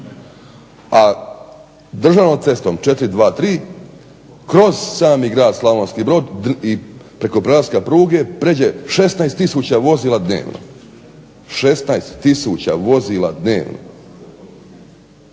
A državnom cestom 423 kroz sami grad Slavonski Brod i preko prelaska pruge pređe 16000 vozila dnevno. 16000 vozila dnevno.